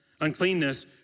uncleanness